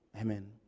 Amen